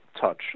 touch